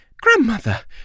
grandmother